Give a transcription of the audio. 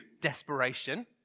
desperation